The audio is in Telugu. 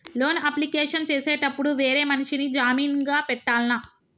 లోన్ అప్లికేషన్ చేసేటప్పుడు వేరే మనిషిని జామీన్ గా పెట్టాల్నా?